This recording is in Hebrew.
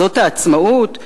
זאת העצמאות?